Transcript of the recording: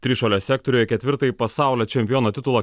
trišuolio sektoriuje ketvirtąjį pasaulio čempiono titulą